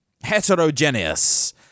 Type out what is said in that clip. Heterogeneous